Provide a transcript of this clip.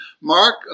Mark